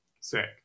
Sick